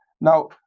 Now